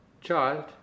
Child